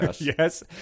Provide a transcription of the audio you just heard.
Yes